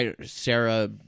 Sarah